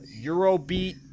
Eurobeat